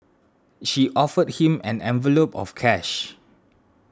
she offered him an envelope of cash